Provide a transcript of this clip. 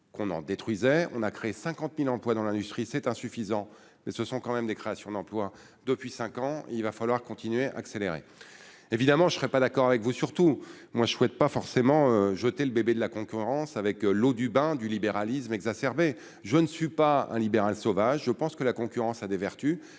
qu'on n'en détruisaient on a créé 50000 emplois dans l'industrie, c'est insuffisant, mais ce sont quand même des créations d'emplois depuis 5 ans, il va falloir continuer accélérer évidemment, je ne serais pas d'accord avec vous, surtout moi je souhaite pas forcément jeter le bébé de la concurrence avec l'eau du bain du libéralisme exacerbé, je ne suis pas un libéral sauvage je pense que la concurrence a des vertus,